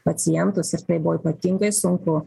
pacientus ir tai buvo ypatingai sunku